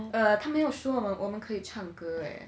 err 他们没有说我们可以唱歌 eh